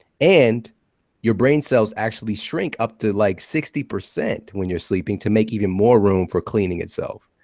and your brain cells actually shrink up to like sixty percent when you're sleeping to make even more room for cleaning itself.